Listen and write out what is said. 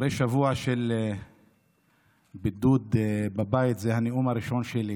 אחרי שבוע של בידוד בבית, זה הנאום הראשון שלי.